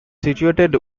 situated